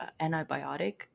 antibiotic